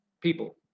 People